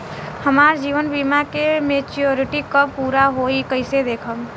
हमार जीवन बीमा के मेचीयोरिटी कब पूरा होई कईसे देखम्?